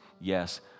Yes